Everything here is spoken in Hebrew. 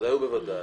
ובוודאו ובוודאי,